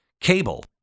cable